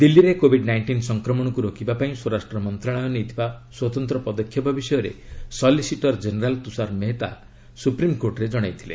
ଦିଲ୍ଲୀରେ covid nineteen ସଂକ୍ରମଣକୁ ରୋକିବା ପାଇଁ ସ୍ୱରାଷ୍ଟ୍ର ମନ୍ତ୍ରଣାଳୟ ନେଇଥିବା ସ୍ୱତନ୍ତ୍ର ପଦକ୍ଷେପ ବିଷୟରେ ସଲିସିଟର ଜେନେରାଲ୍ ତୁଷାର ମେହେଟା ସୁପ୍ରିମ୍କୋର୍ଟରେ ଜଣାଇଥିଲେ